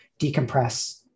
decompress